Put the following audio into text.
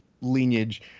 lineage